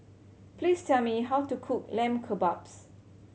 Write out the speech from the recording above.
please tell me how to cook Lamb Kebabs